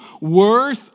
worth